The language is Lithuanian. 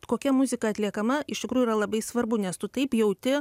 kokia muzika atliekama iš tikrųjų yra labai svarbu nes tu taip jauti